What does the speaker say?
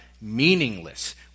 meaningless